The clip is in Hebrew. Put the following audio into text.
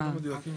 אוקיי.